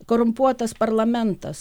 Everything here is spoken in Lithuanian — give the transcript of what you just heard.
korumpuotas parlamentas